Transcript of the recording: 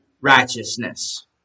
righteousness